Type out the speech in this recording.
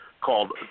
Called